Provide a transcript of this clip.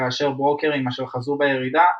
כאשר ברוקרים אשר חזו בירידה,